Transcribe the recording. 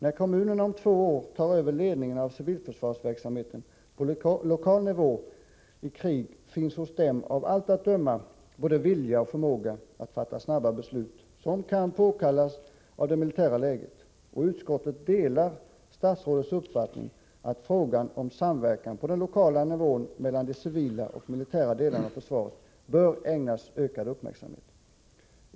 När kommunerna om två år tar över ledningen av civilförsvarsverksamheten på lokal nivå i krig finns hos dem av allt att döma både vilja och förmåga att fatta snabba beslut som kan påkallas av det militära läget. Utskottet delar statsrådets uppfattning att frågan om samverkan på den lokala nivån mellan de civila och militära delarna av försvaret bör ägnas ökad uppmärksamhet.